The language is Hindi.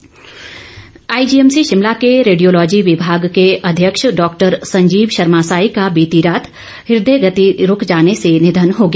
शोक आईजीएमसी शिमला के रेडियोलॉजी विभाग के अध्यक्ष डॉक्टर संजीव शर्मा सांई का बीती देर रात हृदय गति रूक जाने से निधन हो गया